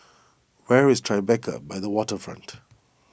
where is Tribeca by the Waterfront